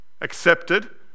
accepted